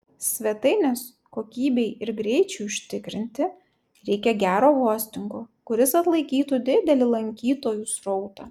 svetainės kokybei ir greičiui užtikrinti reikia gero hostingo kuris atlaikytų didelį lankytojų srautą